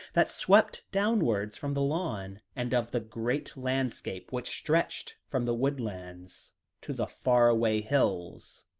that swept downwards from the lawn, and of the great landscape which stretched from the woodlands to the far-away hills.